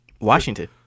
Washington